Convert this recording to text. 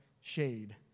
shade